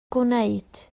gwneud